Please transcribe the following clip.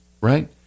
right